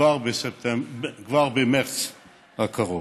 כבר במרס הקרוב.